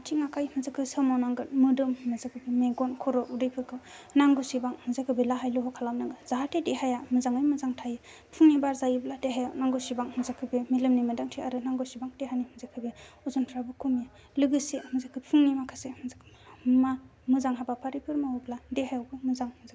आथिं आखाइ खौ सोमाव नांगोन मोदोम मेगन खर' उदैफोरखौ नांगौसेबां लाहाय लुहु खालाम नांगोन जाहाथे देहाया मोजाङै मोजां थायो फुंनि बार जायोब्ला देहाया नांगौसेबां मेलेमनि मोन्दांथि आरो देहानि अजनफ्राबो खमियो लोगोसे फुंनि माखासे मोजां हाबाफारिफोर मावोब्ला देहायावबो मोजां जायो